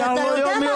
אתה יודע מה?